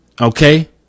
Okay